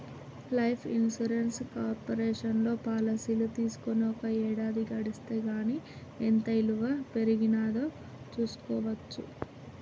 life insurance కార్పొరేషన్లో పాలసీలు తీసుకొని ఒక ఏడాది గడిస్తే గానీ ఎంత ఇలువ పెరిగినాదో చూస్కోవచ్చు